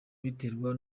biterwa